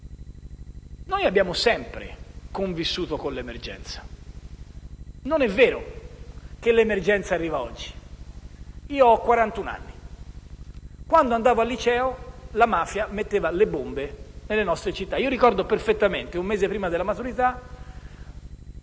noi abbiamo sempre convissuto con l'emergenza e che non è vero che l'emergenza arriva oggi. Ho quarantuno anni. Quando andavo al liceo, la mafia metteva le bombe nelle nostre città. Ricordo perfettamente, un mese prima della maturità,